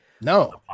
No